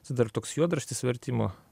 tai dar toks juodraštis vertimo